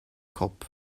cop